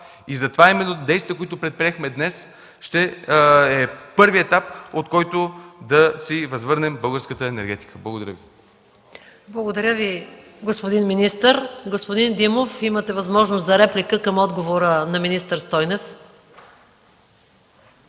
И затова именно действията, които предприехме днес, са първият етап, от който да си възвърнем българската енергетика. Благодаря Ви. ПРЕДСЕДАТЕЛ МАЯ МАНОЛОВА: Благодаря Ви, господин министър. Господин Димов, имате възможност за реплика към отговора на министър Стойнев.